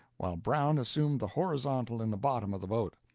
while brown assumed the horizontal in the bottom of the boat.